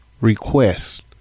Request